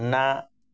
ନା